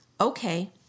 Okay